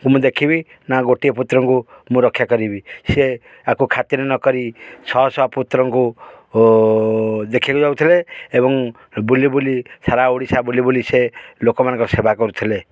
କୁ ମୁଁ ଦେଖିବି ନା ଗୋଟିଏ ପୁତ୍ରଙ୍କୁ ମୁଁ ରକ୍ଷା କରିବି ସେ ଆକୁ ଖାତିରେ ନକରି ଶହ ଶହ ପୁତ୍ରଙ୍କୁ ଦେଖିବାକୁ ଯାଉଥିଲେ ଏବଂ ବୁଲି ବୁଲି ସାରା ଓଡ଼ିଶା ବୁଲି ବୁଲି ସେ ଲୋକମାନଙ୍କ ସେବା କରୁଥିଲେ